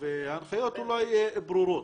ההנחיות אולי ברורות,